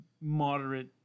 moderate